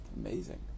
amazing